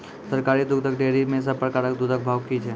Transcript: सरकारी दुग्धक डेयरी मे सब प्रकारक दूधक भाव की छै?